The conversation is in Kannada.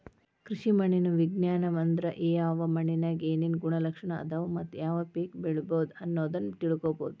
ಕೃಷಿ ಮಣ್ಣಿನ ವಿಜ್ಞಾನ ಅಂದ್ರ ಯಾವ ಮಣ್ಣಿನ್ಯಾಗ ಏನೇನು ಗುಣಲಕ್ಷಣ ಅದಾವ ಮತ್ತ ಯಾವ ಪೇಕ ಬೆಳಿಬೊದು ಅನ್ನೋದನ್ನ ತಿಳ್ಕೋಬೋದು